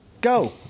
Go